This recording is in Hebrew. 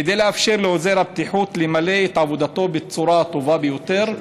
כדי לאפשר לעוזר הבטיחות למלא את עבודתו בצורה הטובה ביותר,